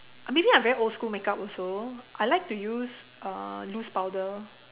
maybe I very old school makeup also I like to use uh loose powder